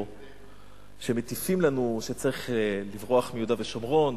שמטיפים לנו שצריך לברוח מיהודה ושומרון,